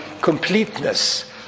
completeness